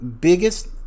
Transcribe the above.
biggest